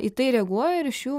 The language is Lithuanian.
į tai reaguoja ir iš jų